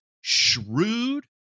shrewd